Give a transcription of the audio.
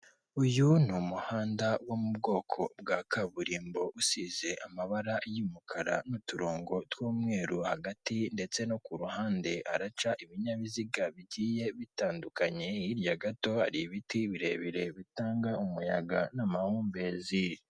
Ahantu ndahabona umuntu mu kayira k'abanyamaguru arimo aragenda bika bigaragara ko hari n'undi muntu wicaye munsi y'umutaka wa emutiyeni ndetse bikaba bigaragara ko uyu muntu acuruza amayinite bikaba binagaragara ko hari imodoka y'umukara ndetse na taransifa y'amashanyarazi.